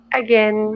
again